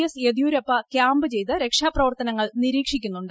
S Yediyurappa camp ചെയ്ത് രക്ഷാപ്രവർത്തനങ്ങൾ നിരീക്ഷിക്കുന്നുണ്ട്